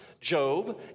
Job